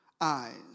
eyes